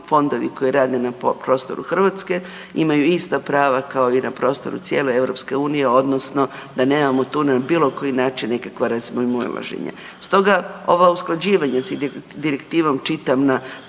fondovi koji rade na prostoru Hrvatske imaju ista prava kao i na prostoru cijele EU, odnosno da nemamo tu na bilo koji način nekakva razmimoilaženja. Stoga ova usklađivanja s direktivom čitam na